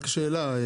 רק שאלה.